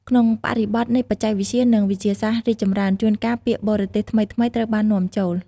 ក្នុងបរិបទនៃបច្ចេកវិទ្យា និងវិទ្យាសាស្ត្ររីកចម្រើន ជួនកាលពាក្យបរទេសថ្មីៗត្រូវបាននាំចូល។